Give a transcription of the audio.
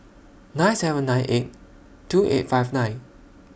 nine seven nine eight two eight five nine